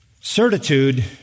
Certitude